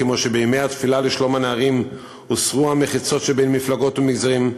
כמו שבימי התפילה לשלום הנערים הוסרו המחיצות שבין מפלגות ומגזרים,